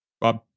Bob